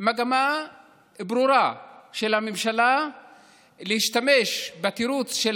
מגמה ברורה של הממשלה להשתמש בתירוץ של